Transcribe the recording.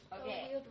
Okay